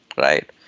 right